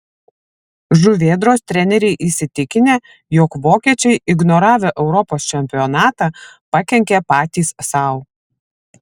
žuvėdros treneriai įsitikinę jog vokiečiai ignoravę europos čempionatą pakenkė patys sau